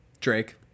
Drake